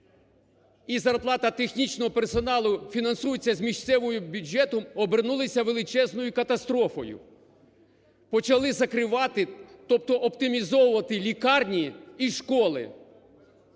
і зарплата технічного персоналу фінансується з місцевого бюджету, обернулися величезною катастрофою. Почали закривати, тобто оптимізувати лікарні і школи,